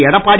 Edappadi